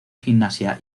gimnasia